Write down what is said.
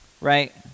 right